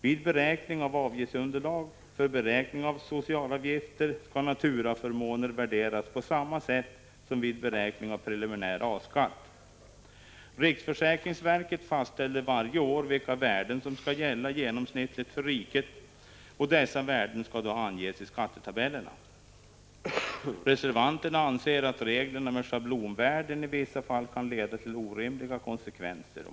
Vid beräkning av avgiftsunderlag för 27 november 1985 beräkning av socialavgifter skall naturaförmåner värderas på samma sätt som vid beräkning av preliminär A-skatt. Riksförsäkringsverket fastställer varje år vilka värden som skall anges i skattetabellerna. Reservanterna anser att reglerna med schablonvärden i vissa fall kan leda till orimliga konsekvenser.